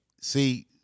See